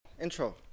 Intro